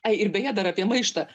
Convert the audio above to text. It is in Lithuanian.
ai ir beje dar apie maištą